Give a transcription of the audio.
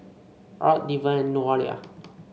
Art Deven Nolia